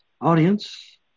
audience